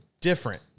different